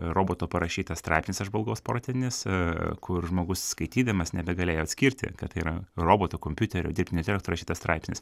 roboto parašytas straipsnis apžvalgos protinis e kur žmogus skaitydamas nebegalėjo atskirti kad tai yra roboto kompiuterio dirbtinio intelekto rašytas straipsnis